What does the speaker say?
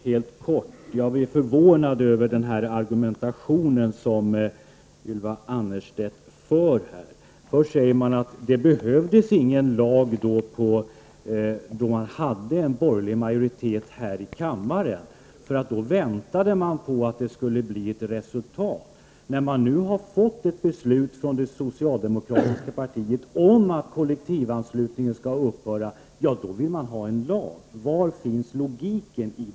Herr talman! Jag vill bara helt kort säga att jag blev förvånad över Ylva Annerstedts argumentation. Först sade hon att det inte behövdes någon lag när det fanns en borgerlig majoritet här i kammaren. Då väntade man på att det skulle bli ett resultat. När nu det socialdemokratiska partiet har beslutat att kollektivanslutningen skall upphöra, då vill man ha en lag. Var finns logiken?